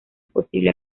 posible